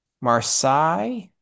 Marseille